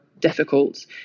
difficult